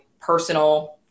personal